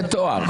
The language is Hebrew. זה טוהר.